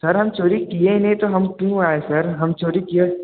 sir हम चोरी किए ही नहीं तो हम क्यों आयें सर हम चोरी किए